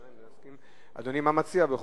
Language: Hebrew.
מה אדוני מציע, גם